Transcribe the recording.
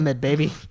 baby